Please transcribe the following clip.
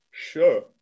Sure